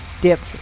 dipped